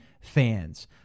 fans